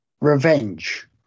revenge